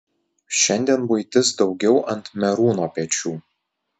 šiandien buitis daugiau ant merūno pečių